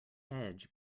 edge